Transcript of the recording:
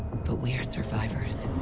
but we're survivors.